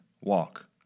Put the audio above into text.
walk